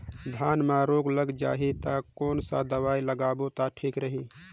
धान म रोग लग जाही ता कोन सा दवाई लगाबो ता ठीक रही?